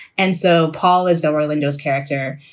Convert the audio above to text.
and so paul is orlando's character.